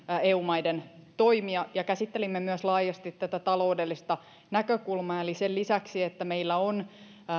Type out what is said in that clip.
eu maiden toimia käsittelimme laajasti myös tätä taloudellista näkökulmaa sen lisäksi että meillä on